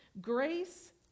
Grace